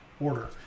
order